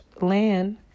land